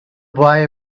boy